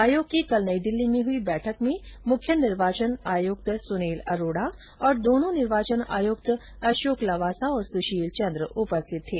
आयोग की कल नई दिल्ली में हई बैठक में मुख्य निर्वाचन आयुक्त सुनील अरोड़ा और दोनों निर्वाचन आयुक्त अशोक लवासा और सुशील चन्द्र उपस्थित थे